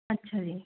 ਅੱਛਾ